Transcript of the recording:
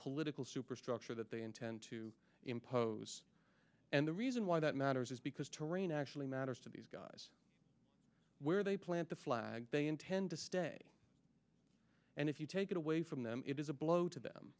political superstructure that they intend to impose and the reason why that matters is because terrain actually matters to these guys where they plant the flag they intend to stay and if you take it away from them it is a blow to them